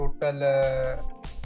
total